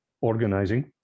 organizing